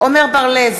עמר בר-לב,